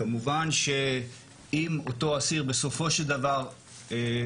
כמובן שאם אותו אסיר בסופו של דבר